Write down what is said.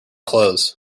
clothes